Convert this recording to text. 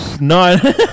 No